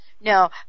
no